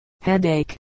headache